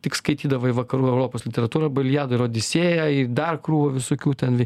tik skaitydavai vakarų europos literatūrą arba iliadą ir odisėją ir dar krūvą visokių ten